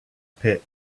pit